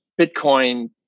Bitcoin